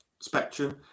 spectrum